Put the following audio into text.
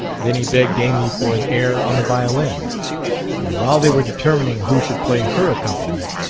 then he begged amy for an air on the violin and while they were determining who should play her accompaniment,